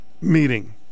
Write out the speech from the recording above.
meeting